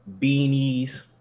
Beanies